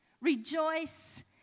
rejoice